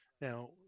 now